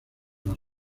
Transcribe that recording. las